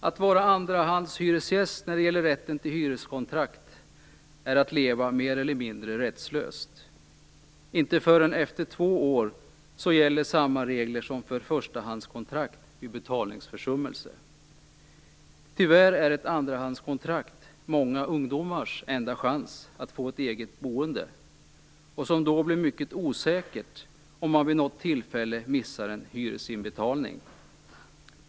Att vara andrahandshyresgäst när det gäller rätten till hyreskontrakt är att leva mer eller mindre rättslöst. Inte förrän efter två år gäller samma regler som för förstahandskontrakt vid betalningsförsummelse. Tyvärr är ett andrahandskontrakt många ungdomars enda chans att få ett eget boende, vilket blir mycket osäkert om man vid något tillfälle missar en hyresinbetalning.